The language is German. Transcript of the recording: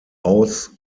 aus